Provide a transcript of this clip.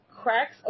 cracks